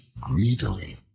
greedily